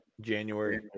January